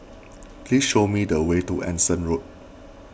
please show me the way to Anson Road